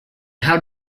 how